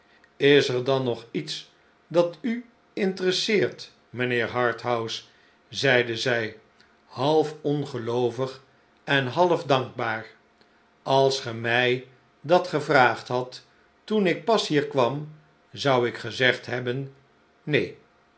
is er dan nog iets dat u interesseert mijnheer harthouse zeide zij half ongeloovig en half dankbaar b als ge mij dat gevraagd hadt toen ik pas hier kwam zou ik gezegd hebben neen